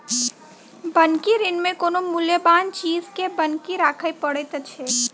बन्हकी ऋण मे कोनो मूल्यबान चीज के बन्हकी राखय पड़ैत छै